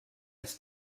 ist